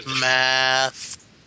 Math